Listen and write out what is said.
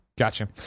Gotcha